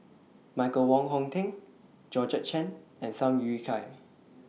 Michael Wong Hong Teng Georgette Chen and Tham Yui Kai